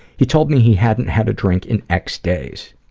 he told me he hadn't had a drink in x days,